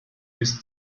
bis